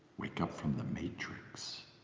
wake up from the matrix.